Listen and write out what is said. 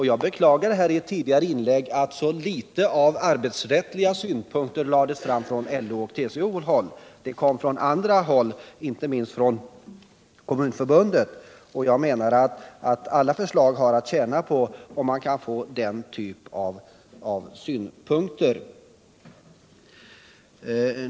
Jag beklagade i ett tidigare inlägg att så litet av arbetsrättsliga synpunkter lades fram av LO och TCO. Däremot framfördes sådana synpunkter från annat håll, inte minst från Kommunförbundet.